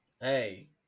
Hey